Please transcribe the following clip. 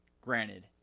Granted